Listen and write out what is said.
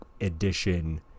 edition